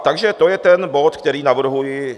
Takže to je ten bod, který navrhuji.